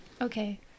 Okay